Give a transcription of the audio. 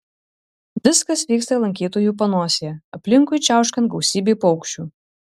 viskas vyksta lankytojų panosėje aplinkui čiauškant gausybei paukščių